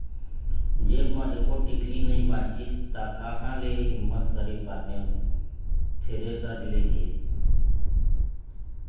जेब म एको टिकली नइ बचिस ता काँहा ले हिम्मत करे पातेंव थेरेसर ले के